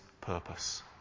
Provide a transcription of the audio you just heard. purpose